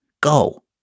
Go